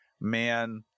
man